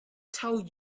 tell